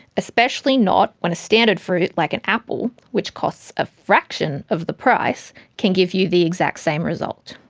especially not when a standard fruit like an apple which costs a fraction of the price can give you the exact same result.